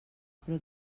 però